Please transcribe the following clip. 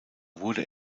wurde